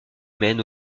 mène